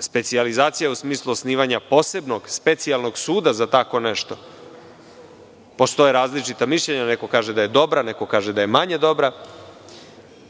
Specijalizacija u smislu osnovanja posebnog specijalnog suda za tako nešto. Postoje različita mišljenja, neko kaže da je dobra, neko kaže da je manje dobra,